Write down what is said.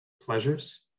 pleasures